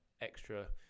extra